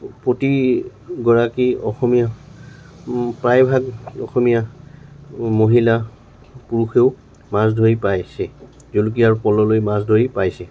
প্ৰতিগৰাকী অসমীয়া প্ৰায়ভাগ অসমীয়া মহিলা পুৰুষেও মাছ ধৰি পাইছে জুলুকি আৰু পল'লৈ মাছ ধৰি পাইছে